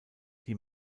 die